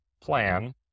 plan